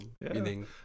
meaning